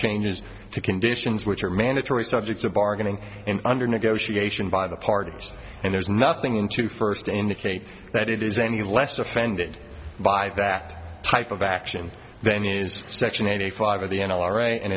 changes to conditions which are mandatory subjects of bargaining in under negotiation by the parties and there's nothing in to first to indicate that it is any less offended by that type of action then use section eighty five of the